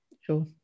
Sure